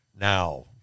now